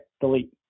delete